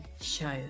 Show